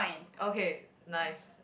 okay nice